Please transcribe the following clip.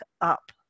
up